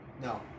No